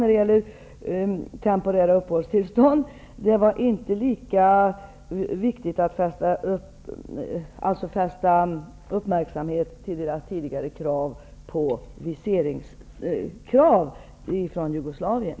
I frågan om temporära uppehållstillstånd var det inte lika viktigt att fästa uppmärksamhet vid verkets krav på visum för dem som kommer från